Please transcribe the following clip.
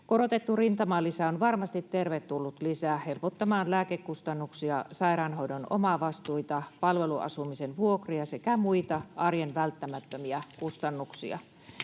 Korotettu rintamalisä on varmasti tervetullut lisä helpottamaan lääkekustannuksia, sairaanhoidon omavastuita, palveluasumisen vuokria sekä muita arjen välttämättömiä kustannuksia.